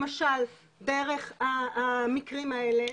למשל דרך המקרים האלה,